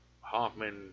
Hoffman